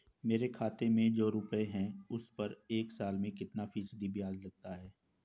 मेरे खाते में जो रुपये हैं उस पर एक साल में कितना फ़ीसदी ब्याज लगता है?